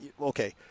Okay